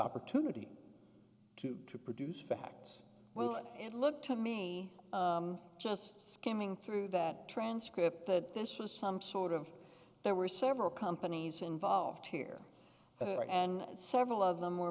opportunity to to produce facts well it looked to me just skimming through that transcript that this was some sort of there were several companies involved here and several of them were